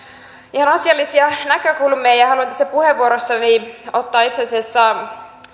ihan asiallisia näkökulmia ja haluan tässä puheenvuorossani ottaa itse asiassa